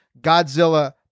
godzilla